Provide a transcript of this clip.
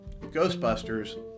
Ghostbusters